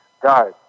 guys